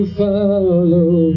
follow